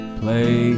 play